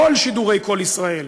כל שידורי "קול ישראל",